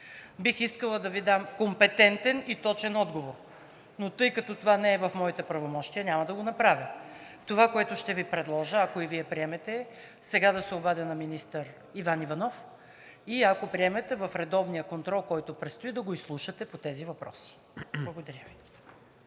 Бих искала да Ви дам компетентен и точен отговор, но тъй като това не е в моите правомощия, няма да го направя. Това, което ще Ви предложа, ако и Вие приемете, сега да се обадя на министър Иван Иванов, и ако приемете, в редовния контрол, който предстои, да го изслушате по тези въпроси. Благодаря Ви.